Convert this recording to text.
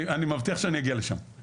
אני מבטיח שאני אגיע לשם.